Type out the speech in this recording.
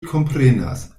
komprenas